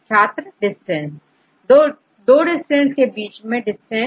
छात्र डिस्टेंस दो सीक्वेंस के बीच में डिस्टेंस